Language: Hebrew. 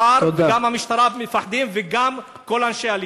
השר וגם המשטרה מפחדים, וגם כל אנשי הליכוד.